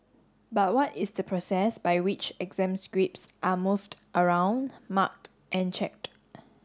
but what is the process by which exam scripts are moved around marked and checked